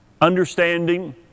understanding